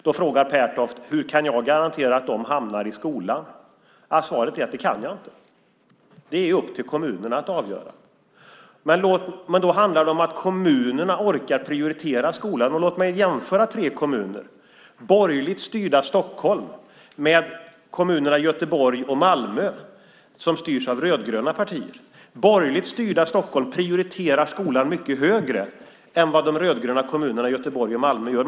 Då frågar Mats Pertoft hur jag kan garantera att dessa pengar hamnar i skolan. Svaret är att det kan jag inte. Det är upp till kommunerna att avgöra. Det handlar om att kommunerna ska orka prioritera skolan. Låt mig jämföra tre kommuner: det borgerligt styrda Stockholm med kommunerna Göteborg och Malmö som styrs av rödgröna partier. Det borgerligt styrda Stockholm prioriterar skolan mycket högre än vad de rödgröna kommunerna Göteborg och Malmö gör.